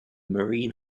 marine